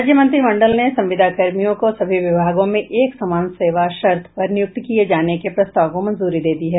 राज्य मंत्रिमंडल ने संविदा कर्मियों को सभी विभागों में एक समान सेवा शर्त पर नियुक्ति किये जाने के प्रस्ताव को मंजूरी दे दी है